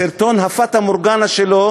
סרטון הפטה-מורגנה שלו,